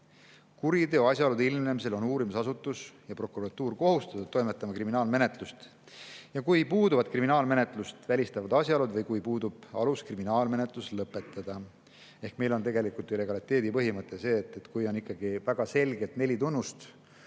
Kuriteo asjaolude ilmnemisel on uurimisasutus ja prokuratuur kohustatud toimetama kriminaalmenetlust, kui puuduvad kriminaalmenetlust välistavad asjaolud või kui puudub alus kriminaalmenetlus lõpetada. Meil on legaliteedi põhimõte: kui on ikkagi väga selgelt neli tunnust,